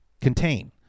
contain